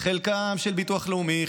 שחלקם של ביטוח לאומי,